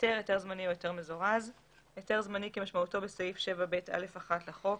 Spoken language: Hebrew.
""היתר זמני" כמשמעותו בסעיף 7ב(א)(1) לחוק.